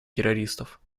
террористов